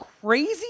crazy